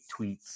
tweets